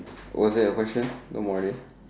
was that your question don't worry